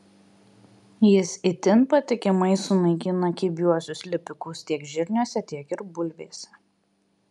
jis itin patikimai sunaikina kibiuosius lipikus tiek žirniuose tiek ir bulvėse